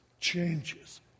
changes